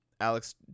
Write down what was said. Alex